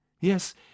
Yes